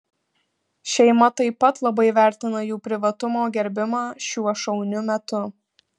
šeima taip pat labai vertina jų privatumo gerbimą šiuo šauniu metu